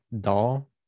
doll